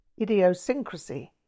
idiosyncrasy